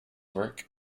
work